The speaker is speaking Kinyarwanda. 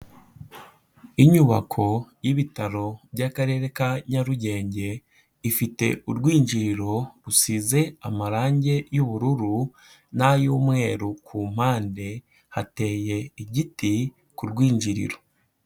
Inyubako y'ibitaro by'Akarere ka Nyarugenge, ifite urwinjiriro rusize amarangi y'ubururu n'ay'umweru ku mpande, hateye igiti ku rwinjiriro.